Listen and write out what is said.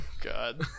god